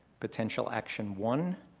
potential action one,